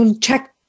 check